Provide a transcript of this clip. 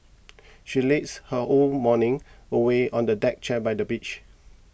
she lazed her whole morning away on a deck chair by the beach